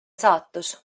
saatus